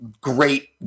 great